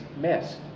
missed